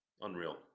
Unreal